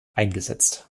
eingesetzt